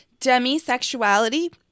demisexuality